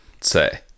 say